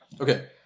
Okay